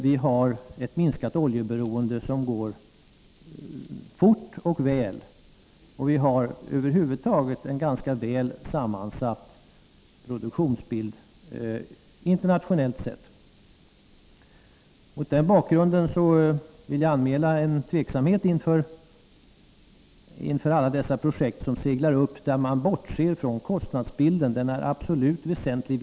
Vårt oljeberoende minskar fort och väl, och vi har över huvud taget en ganska väl sammansatt produktionsbild, internationellt sett. Mot den bakgrunden vill jag anmäla en tveksamhet inför alla dessa projekt som seglar upp där man bortser från kostnadsbilden. Den är absolut väsentlig.